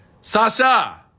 Sasha